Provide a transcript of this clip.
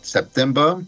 September